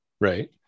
Right